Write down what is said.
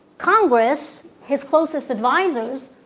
congress, his closest advisors,